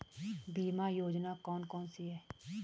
बीमा योजना कौन कौनसी हैं?